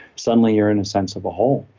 suddenly you're in a sense of a whole.